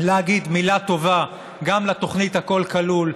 להגיד מילה טובה גם לתוכנית "הכול כלול",